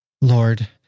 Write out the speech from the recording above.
Lord